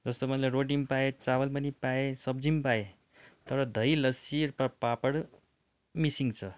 जस्तो मैले रोटी पनि पाएँ चावल पनि पाएँ सब्जी पनि पाएँ तर दही लस्सी र पापड मिसिङ छ